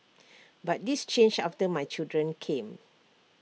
but this changed after my children came